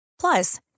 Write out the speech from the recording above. Plus